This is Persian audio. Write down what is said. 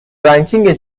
رنکینگ